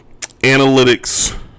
analytics